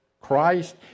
Christ